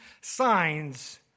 signs